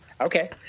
Okay